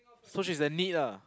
so she's in need ah